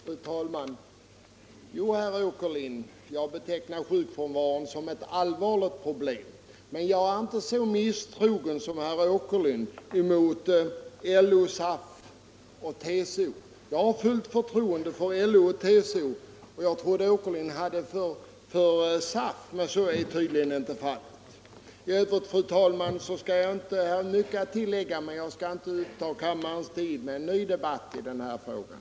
Fru talman! Jo, herr Åkerlind, jag betraktar sjukfrånvaron som ett allvarligt problem. Men jag är inte så misstrogen som herr Åkerlind mot LO, SAF och TCO. Jag har fullt förtroende för LO och TCO, och jag trodde att herr Åkerlind hade förtroende för SAF. Men så är tydligen inte fallet. Det skulle vara mycket att tillägga, fru talman, men jag skall inte uppta kammarens tid med en ny debatt i den här frågan.